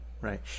right